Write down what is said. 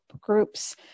groups